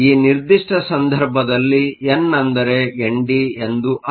ಈ ನಿರ್ದಿಷ್ಟ ಸಂದರ್ಭದಲ್ಲಿ ಎನ್ ಅಂದರೆ ಎನ್ ಡಿ ಎಂದು ಅರ್ಥ